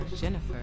Jennifer